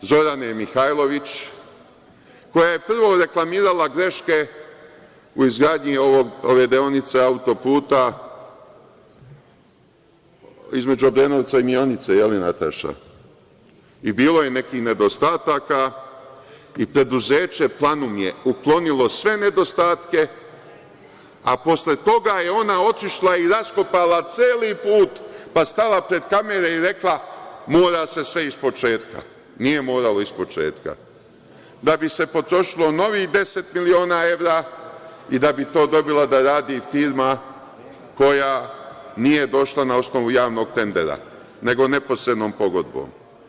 Imate vi slučajeve Zorane Mihajlović koja je, prvo, reklamirala greške izgradnji deonice autoputa između Obrenovca i Mionice i bilo je nekih nedostataka i preduzeće „Planum“ je uklonilo sve nedostatke, a posle toga je ona otišla i raskopala celi put, pa stala pred kamere i rekla – mora se sve iz početka, a nije moralo iz početka, da bi se potrošilo novih 10 miliona evra i da bi to dobila da radi firma koja nije došla na osnovu javnog tendera, nego neposrednom pogodbom.